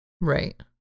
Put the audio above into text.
Right